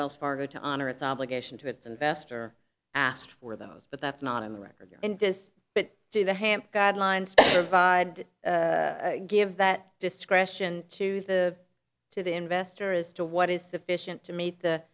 wells fargo to honor its obligation to its investor asked for those but that's not in the record in this but to the hand guidelines specified give that discretion to the to the investor as to what is sufficient to meet the